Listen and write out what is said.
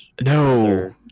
No